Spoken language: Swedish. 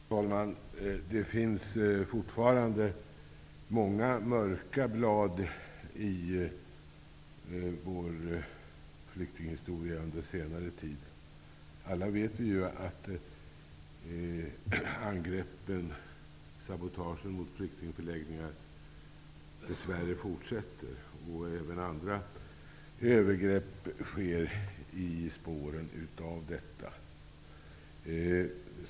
Herr talman! Det finns fortfarande många mörka blad i vår flyktinghistoria under senare tid. Alla vet vi ju att angreppen och sabotagen mot flyktingförläggningar i Sverige fortsätter. Även andra övergrepp sker i spåren av detta.